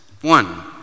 One